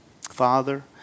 Father